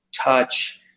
touch